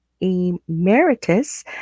emeritus